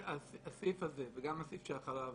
הסעיף הזה וגם הסעיף שאחריו